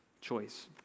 choice